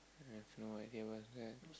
I have no idea what's that